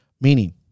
Meaning